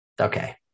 okay